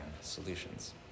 solutions